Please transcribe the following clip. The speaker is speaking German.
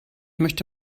möchte